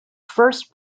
first